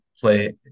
Play